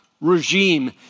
regime